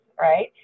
right